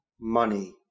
money